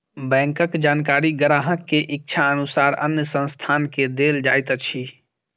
बैंकक जानकारी ग्राहक के इच्छा अनुसार अन्य संस्थान के देल जाइत अछि